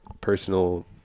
personal